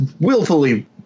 willfully